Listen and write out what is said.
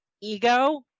Ego